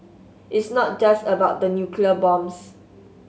it's not just about the nuclear bombs